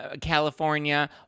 California